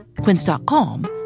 Quince.com